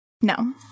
No